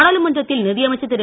நாடாளுமன்றத்தில் நிதியமைச்சர் திரு